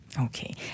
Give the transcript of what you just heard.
Okay